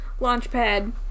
Launchpad